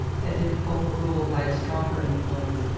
as if overruled by a stronger influence,